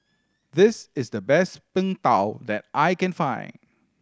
this is the best Png Tao that I can find